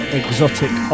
exotic